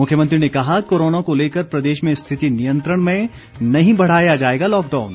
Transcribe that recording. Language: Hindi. मुख्यमंत्री ने कहा कोरोना को लेकर प्रदेश में स्थिति नियंत्रण में नहीं बढ़ाया जाएगा लॉकडाउन